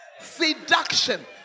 Seduction